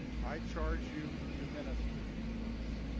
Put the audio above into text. i charge you to minister to us.